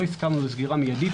לא הסכמנו לסגירה מיידית,